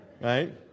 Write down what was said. right